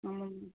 ஆமாம் மேம்